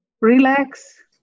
relax